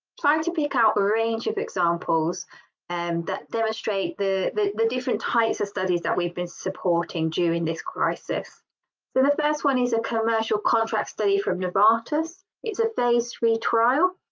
trying to pick out a range of examples and demonstrate the the the different types of studies that we've been supporting during this crisis. so the first one is a commercial contract study from novartis it's a phase three trial,